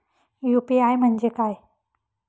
UPI म्हणजे काय?